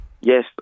Yes